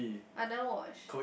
I never watch